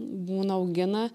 būna augina